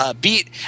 beat